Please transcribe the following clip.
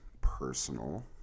personal